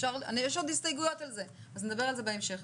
יהיו עוד הסתייגויות על זה, אז נדבר על זה בהמשך.